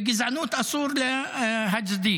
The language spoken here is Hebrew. וגזענות אסור להצדיק.